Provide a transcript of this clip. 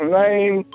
name